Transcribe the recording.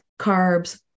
carbs